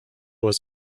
was